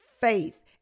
faith